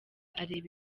areba